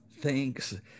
Thanks